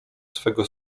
swego